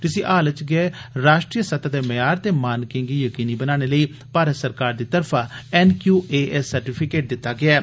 जिसी हाल च गै राश्ट्री सतह दे मयार ते मानके गी यकीनी बनाने लेई भारत सरकार दी तरफा छफौ सर्टिफिकेट दित्ता गेआ ऐ